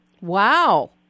Wow